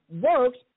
works